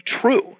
true